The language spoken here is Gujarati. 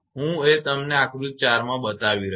હું એ તમને આકૃતિ 4 બતાવી છે